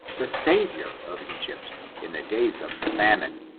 the savior of egypt in the days of the famine.